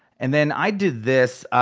and then, i do this.